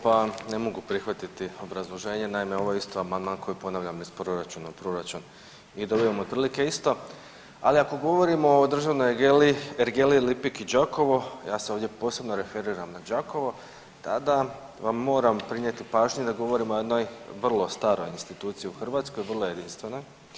Pa ne mogu prihvatiti obrazloženje, naime, ovo je isto amandman koji ponavljam iz proračuna u proračun i dobivam otprilike isto, ali ako govorimo o državnoj ergeli, ergeli Lipik i Đakovo, ja se ovdje posebno referiram na Đakovo tada vam mora prinijeti pažnju da govorimo o jednoj vrlo staroj instituciji u Hrvatskoj, vrlo je jedinstvena.